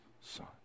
son